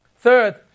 Third